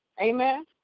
Amen